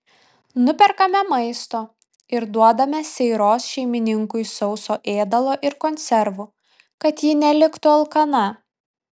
nuperkame maisto ir duodame seiros šeimininkui sauso ėdalo ir konservų kad ji neliktų alkana